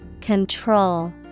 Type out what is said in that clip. Control